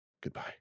Goodbye